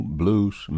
blues